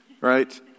right